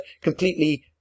completely